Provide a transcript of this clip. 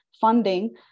funding